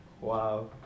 wow